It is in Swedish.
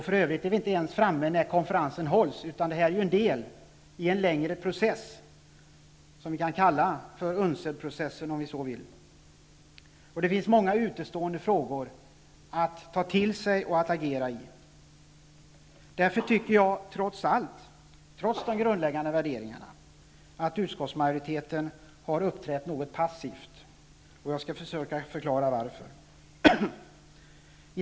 För övrigt är vi inte ens framme när konferensen hålls, utan detta är en del i en längre process, som vi om vi så vill kan kalla UNCED processen. Det finns många utestående frågor att ta till sig och att agera i. Jag tycker därför, trots de grundläggande värderingarna, att utskottsmajoriteten har uppträtt något passivt. Jag skall försöka förklara varför.